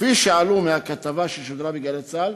כפי שעלו מהכתבה ששודרה ב"גלי צה"ל",